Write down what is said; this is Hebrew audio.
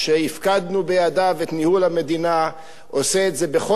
בידיו את ניהול המדינה עושה את זה בחוסר אחריות,